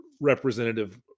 representative